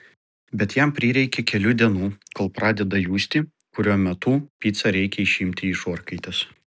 bet jam prireikia kelių dienų kol pradeda justi kuriuo metu picą reikia išimti iš orkaitės